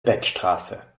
beckstraße